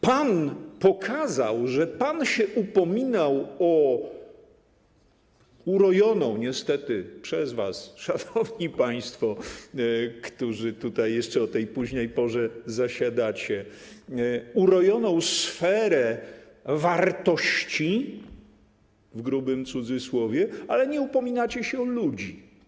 Pan pokazał, że pan się upominał o urojoną niestety przez was, szanowni państwo, którzy tutaj jeszcze o tej późnej porze zasiadacie, sferę wartości, w grubym cudzysłowie, ale nie upominacie się o ludzi.